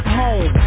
home